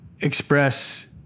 express